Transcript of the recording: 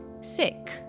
sick